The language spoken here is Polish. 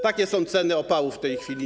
Takie są ceny opału w tej chwili.